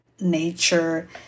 nature